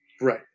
right